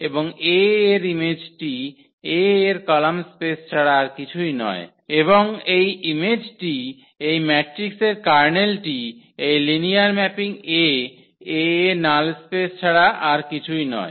এবং 𝐴 এর ইমেজটি 𝐴 এর কলাম স্পেস ছাড়া আর কিছুই নয় এবং এই ইমেজটি এই ম্যাট্রিক্সের কার্নেলটি এই লিনিয়ার ম্যাপিং 𝐴 𝐴 এর নাল স্পেস ছাড়া আর কিছুই নয়